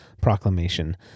Proclamation